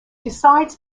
decides